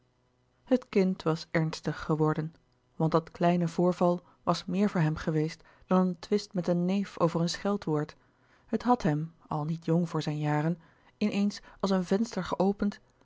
het kind was ernstig geworden want dat kleine voorval was meer voor hem geweest dan een twist met een neef over een scheldwoord het had hem al niet jong voor zijn jaren in eens als een venster geopend